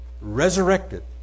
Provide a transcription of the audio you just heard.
resurrected